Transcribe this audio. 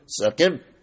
second